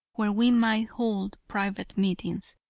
where we might hold private meetings.